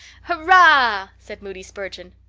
hurrah! said moody spurgeon.